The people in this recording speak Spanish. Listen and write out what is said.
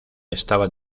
estaba